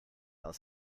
aus